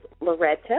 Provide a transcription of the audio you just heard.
Loretta